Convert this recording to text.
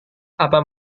apakah